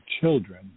children